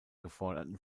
geforderten